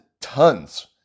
tons